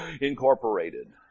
Incorporated